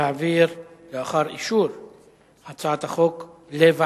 להעביר את הצעת חוק איסור תיקון רכב במוסך בלתי מורשה,